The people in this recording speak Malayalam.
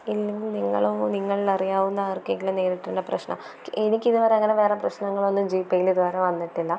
ഇല്ലെങ്കിൽ നിങ്ങളോ നിങ്ങളിൽ അറിയാവുന്ന ആർക്കെങ്കിലും നേരിട്ടുള്ള പ്രശ്നം എനിക്ക് ഇതുവരെ അങ്ങനെ വേറെ പ്രശ്നങ്ങളൊന്നും ജീപ്പേയിൽ ഇതുവരെ വന്നിട്ടില്ല